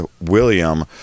William